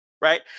Right